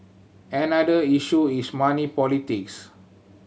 another issue is money politics